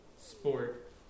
sport